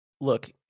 Look